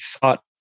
thought